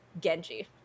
Genji